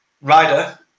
rider